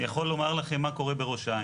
אני יכול לומר לכם מה קורה בראש העין.